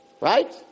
Right